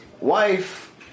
wife